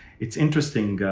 it's interesting.